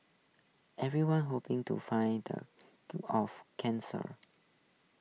everyone's hoping to find the cure of cancer